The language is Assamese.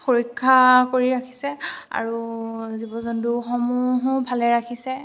সুৰক্ষা কৰি ৰাখিছে আৰু জীৱ জন্তুসমূহো ভালে ৰাখিছে